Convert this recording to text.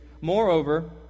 Moreover